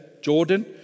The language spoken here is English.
Jordan